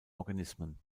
organismen